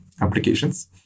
applications